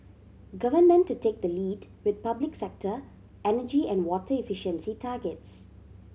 government to take the lead with public sector energy and water efficiency targets